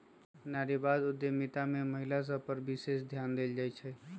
नारीवाद उद्यमिता में महिला सभ पर विशेष ध्यान देल जाइ छइ